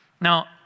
Now